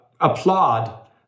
applaud